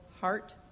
heart